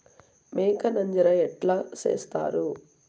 మేక నంజర ఎట్లా సేస్తారు?